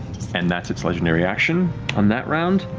and that's its legendary action on that round.